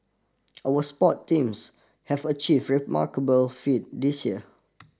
our sport teams have achieve very remarkable feat this year